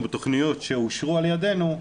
ובתוכניות שאושרו על ידינו,